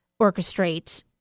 orchestrate